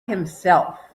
himself